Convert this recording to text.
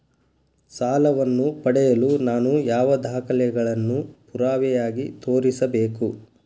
ಸಾಲವನ್ನು ಪಡೆಯಲು ನಾನು ಯಾವ ದಾಖಲೆಗಳನ್ನು ಪುರಾವೆಯಾಗಿ ತೋರಿಸಬೇಕು?